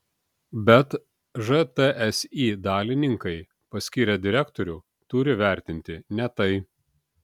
bet žtsi dalininkai paskyrę direktorių turi vertinti ne tai